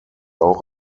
auch